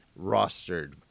rostered